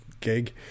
gig